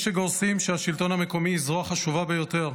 יש שגורסים שהשלטון המקומי היא זרוע חשובה ביותר,